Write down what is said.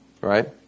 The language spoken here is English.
right